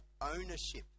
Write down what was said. ownership